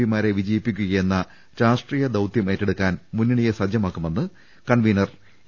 പിമാരെ വിജയിപ്പി ക്കുകയെന്ന രാഷ്ട്രീയ ദൌത്യം ഏറ്റെടുക്കാൻ മുന്നണിയെ സജ്ജമാക്കു മെന്ന് കണ്ഡവീനർ എ